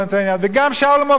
וגם שאול מופז,